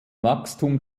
wachstum